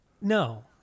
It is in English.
No